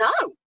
No